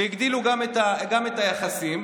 והגדילו גם את היחסים.